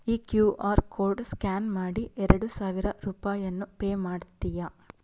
ಈ Q R code scan ಮಾಡಿ ಎರಡು ಸಾವಿರ ರೂಪಾಯನ್ನು ಪೇ ಮಾಡ್ತೀಯಾ